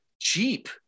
cheap